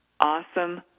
Awesome